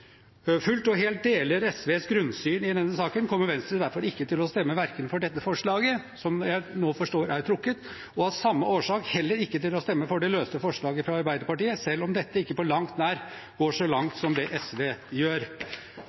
og helt deler SVs grunnsyn i denne saken, kommer Venstre derfor ikke til å stemme for SVs forslag, som jeg nå forstår er trukket. Av samme årsak kommer vi heller ikke til å stemme for det løse forslaget fra Arbeiderpartiet, selv om det på langt nær går så langt som SVs forslag gjør.